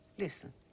Listen